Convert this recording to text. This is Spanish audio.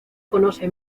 conoce